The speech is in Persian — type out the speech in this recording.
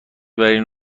برین